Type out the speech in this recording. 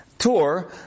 tour